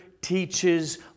teaches